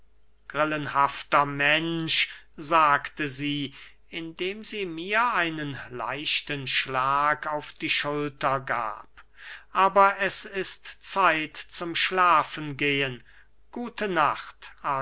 grillenhafter mensch sagte sie indem sie mir einen leichten schlag auf die schulter gab aber es ist zeit zum schlafengehen gute nacht